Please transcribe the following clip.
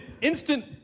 instant